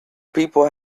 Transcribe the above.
people